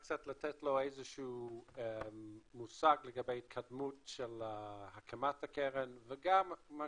קצת לתת לכם איזה שהוא מושג לבי ההתקדמות של הקמת הקרן וגם מה